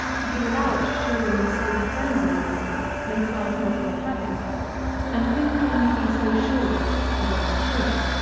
to be without sure and safe friends in the world makes life not worth having and whom can we be so sure of as of our children?